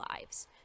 lives